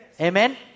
Amen